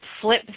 flip